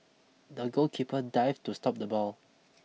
the goalkeeper dived to stop the ball